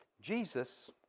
Jesus